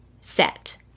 set